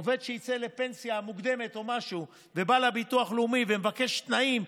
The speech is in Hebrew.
עובד שיוצא לפנסיה מוקדמת או משהו ובא לביטוח לאומי ומבקש תנאים,